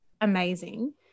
amazing